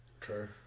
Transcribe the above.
true